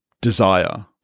desire